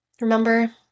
remember